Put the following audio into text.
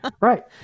Right